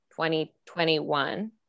2021